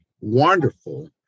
wonderful